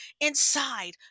inside